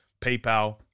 PayPal